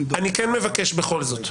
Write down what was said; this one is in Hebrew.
אני כן מבקש בכל זאת,